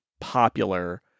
popular